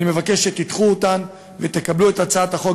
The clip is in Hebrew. אני מבקש שתדחו אותן ותקבלו את הצעת החוק